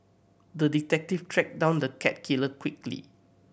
the detective tracked down the cat killer quickly